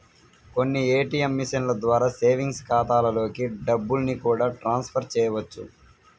కొన్ని ఏ.టీ.యం మిషన్ల ద్వారా సేవింగ్స్ ఖాతాలలోకి డబ్బుల్ని కూడా ట్రాన్స్ ఫర్ చేయవచ్చు